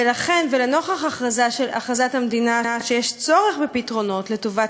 ולנוכח הכרזת המדינה שיש צורך בפתרונות לטובת